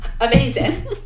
amazing